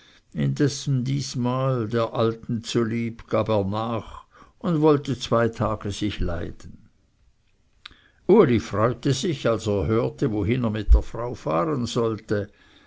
indessen diesmal der alten zulieb gab er nach und wollte zwei tage sich leiden uli freute sich als er hörte wohin er mit der frau fahren sollte